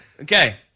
Okay